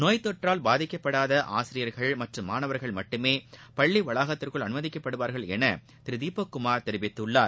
நோய் தொற்றால் பாதிக்கப்படாத ஆசிரியர்கள் மற்றும் மாணவர்கள் மட்டுமே பள்ளி வளாகத்திற்குள் அனுமதிகப்படுவார்கள் என திரு தீபக் குமார் தெரிவித்துள்ளார்